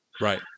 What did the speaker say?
Right